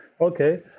Okay